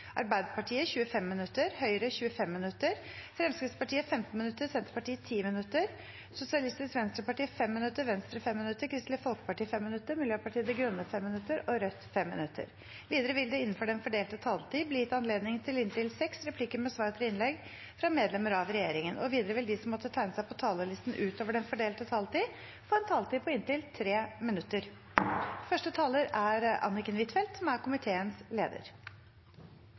Arbeiderpartiet 25 minutter, Høyre 25 minutter, Fremskrittspartiet 15 minutter, Senterpartiet 10 minutter, Sosialistisk Venstreparti 5 minutter, Venstre 5 minutter, Kristelig Folkeparti 5 minutter, Miljøpartiet De Grønne 5 minutter og Rødt 5 minutter. Videre vil det – innenfor den fordelte taletid – bli gitt anledning til inntil seks replikker med svar etter innlegg fra medlemmer av regjeringen. Videre vil de som måtte tegne seg på talerlisten utover den fordelte taletid, få en taletid på inntil 3 minutter.